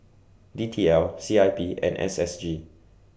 D T L C I P and S S G